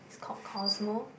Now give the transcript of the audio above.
is called Cosmo